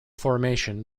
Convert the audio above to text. formation